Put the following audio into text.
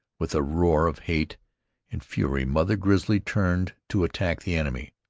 with a roar of hate and fury mother grizzly turned to attack the enemy.